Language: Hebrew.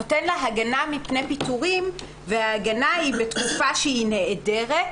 נותן לה הגנה מפני פיטורים וההגנה היא בתקופה שהיא נעדרת